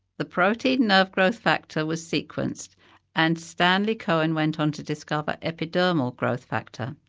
the protein nerve growth factor was sequenced and stanley cohen went on to discover epidermal growth factor.